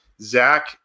Zach